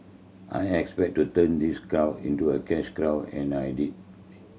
I expected to turn these cow into a cash crow and I did